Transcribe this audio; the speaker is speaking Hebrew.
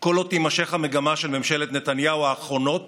כל עוד תימשך המגמה של ממשלות נתניהו האחרונות